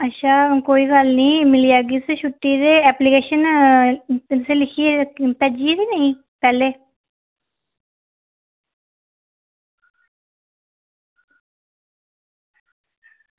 अच्छा कोई गल्ल निं मिली जाह्गी इसी छुट्टी ते तुसें एप्लीकेशन लिखियै भेजी नी पैह्लें